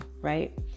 right